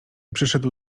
przyszedł